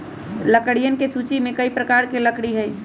लकड़ियन के सूची में कई प्रकार के लकड़ी हई